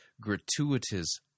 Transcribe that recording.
gratuitous